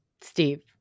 Steve